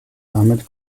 damit